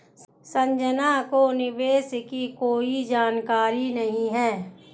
संजना को निवेश की कोई जानकारी नहीं है